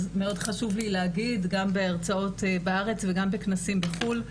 אז מאוד חשוב לי להגיד גם בהרצאות בארץ וגם בכנסים בחו"ל,